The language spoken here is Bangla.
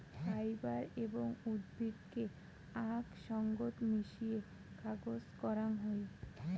ফাইবার এবং উদ্ভিদকে আক সঙ্গত মিশিয়ে কাগজ করাং হই